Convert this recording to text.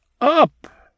Up